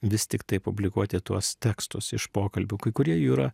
vis tiktai publikuoti tuos tekstus iš pokalbių kai kurie jų yra